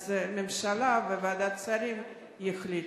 אז הממשלה וועדת השרים יחליטו.